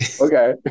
Okay